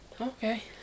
Okay